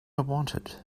wanted